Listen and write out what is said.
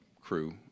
crew